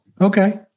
okay